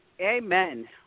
Amen